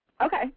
Okay